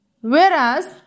whereas